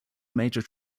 major